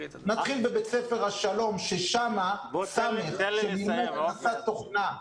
נתחיל בבית ספר השלום ששם סאמח עשה תוכנה,